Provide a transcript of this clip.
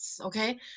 okay